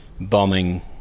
bombing